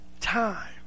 time